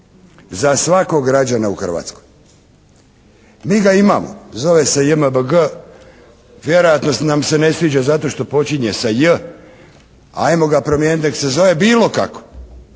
za svakog građana u Hrvatskoj. Mi ga imamo. Zove se JMBG. Vjerojatno nam se ne sviđa zato što počinje sa "J". Ajmo ga promijeniti nek se zove bilo kako.